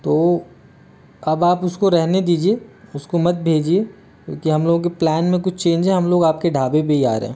तो अब आप उसको रहने दीजिए उसको मत भेजिए क्या हम लोगों के प्लान में कुछ चेंज है हम लोग आप के ढाबे पर ही आ रहे हैं